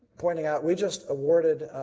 pointing out, we just awarded